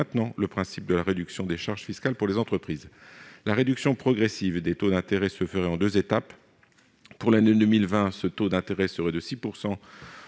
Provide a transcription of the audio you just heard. le principe de la réduction des charges fiscales pour les entreprises. La réduction progressive des taux d'intérêt se ferait en deux étapes. Pour l'année 2021, ce taux d'intérêt serait de 6